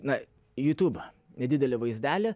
na jutubą nedidelį vaizdelį